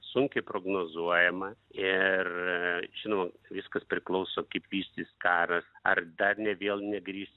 sunkiai prognozuojama ir žinoma viskas priklauso kaip vystys karas ar dar ne vėl negrįš